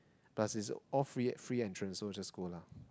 plus it's all free free entrance so just go lah